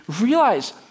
realize